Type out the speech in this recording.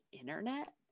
internet